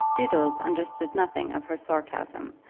doodles understood nothing of her sarcasm,